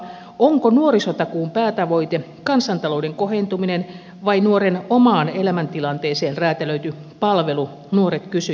onko nuorisotakuun päätavoite kansantalouden kohentuminen vai nuoren omaan elämäntilanteeseen räätälöity palvelu nuoret kysyivät